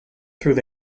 through